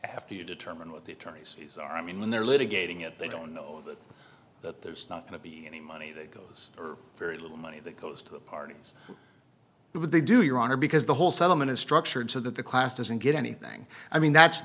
after you determine what the attorney's fees are i mean when they're litigating it they don't know that there's not going to be any money that goes or very little money that goes to the parties but would they do your honor because the whole settlement is structured so that the class doesn't get anything i mean that's